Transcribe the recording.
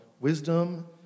wisdom